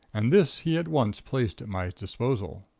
and this he at once placed at my disposal.